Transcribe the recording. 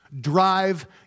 drive